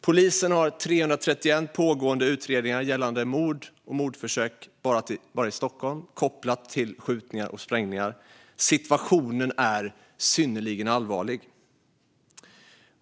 Polisen har 331 pågående utredningar gällande mord och mordförsök bara i Stockholm, kopplat till skjutningar och sprängningar. Situationen är synnerligen allvarlig.